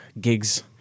gigs